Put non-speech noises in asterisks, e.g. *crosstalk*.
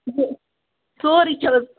*unintelligible* سورُے چھُ حظ